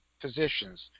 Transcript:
physicians